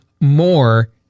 more